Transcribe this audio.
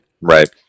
right